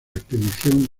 expedición